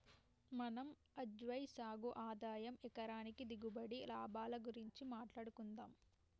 మనం అజ్వైన్ సాగు ఆదాయం ఎకరానికి దిగుబడి, లాభాల గురించి మాట్లాడుకుందం